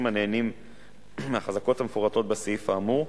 הנהנים מהחזקות המפורטות בסעיף האמור,